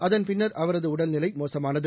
அதன்பின்னர் அவரது உடல்நிலை மோசமானது